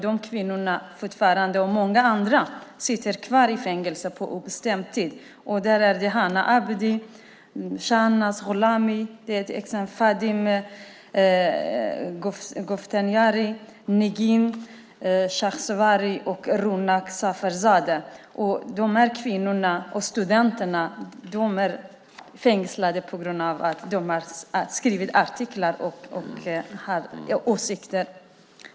De kvinnorna, och många andra, sitter kvar i fängelse på obestämd tid. Det är Hanna Abdi, Shahnaz Gholami, Fatmah Ghoftani, Negin Shekgelislami och Ronk Safazadeh. De här kvinnorna och studenterna är fängslade på grund av att de har skrivit artiklar och haft åsikter.